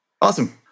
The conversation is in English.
Awesome